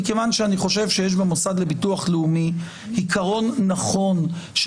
מכיוון שאני חושב שיש במוסד לביטוח לאומי עיקרון נכון של